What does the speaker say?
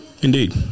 Indeed